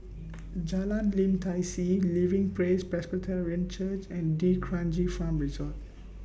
Jalan Lim Tai See Living Praise Presbyterian Church and D'Kranji Farm Resort